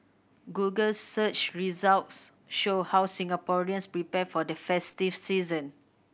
Google search results show how Singaporeans prepare for the festive season